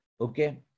Okay